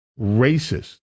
racist